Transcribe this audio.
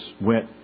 went